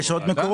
יש עוד מקורות?